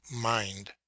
mind